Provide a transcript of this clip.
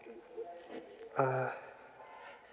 uh